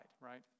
right